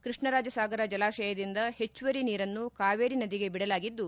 ಕೃಷ್ಣರಾಜಸಾಗರ ಜಲಾಶಯದಿಂದ ಹೆಚ್ಚುವರಿ ನೀರನ್ನು ಕಾವೇರಿ ನದಿಗೆ ಬಿಡಲಾಗಿದ್ದು